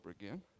again